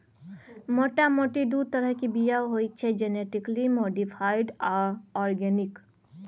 मोटा मोटी दु तरहक बीया होइ छै जेनेटिकली मोडीफाइड आ आर्गेनिक